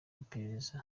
iperereza